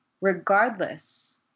regardless